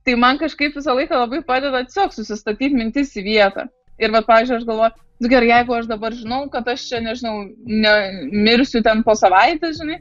tai man kažkaip visą laiką labai padeda tiesiog susistatyt mintis į vietą ir vat pavyzdžiui aš galvoju nu gerai jeigu aš dabar žinau kad aš čia nežinau ne mirsiu ten po savaitės žinai